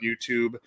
youtube